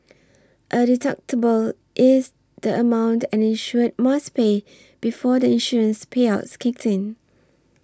a deductible is the amount an insured must pay before the insurance payout kicks in